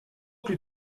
plus